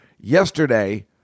yesterday